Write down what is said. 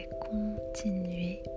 continuer